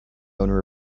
owner